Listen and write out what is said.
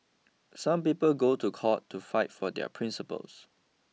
some people go to court to fight for their principles